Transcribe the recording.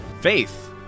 Faith